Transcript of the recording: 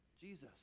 jesus